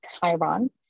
Chiron